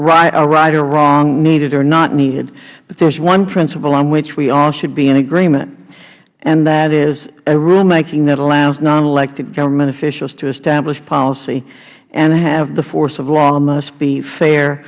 are right or wrong needed or not needed but there is one principle on which we all should be in agreement and that is a rulemaking that allows non elected government officials to establish policy and have the force of law must be fair